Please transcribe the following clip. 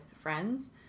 friends